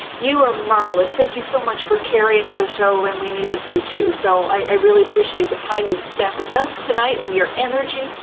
you are marvelous. thank you so much for carrying the show when we needed you to. so i really appreciate the time you've spent with us tonight and your energy,